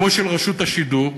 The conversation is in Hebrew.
כמו של רשות השידור,